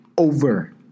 Over